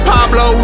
Pablo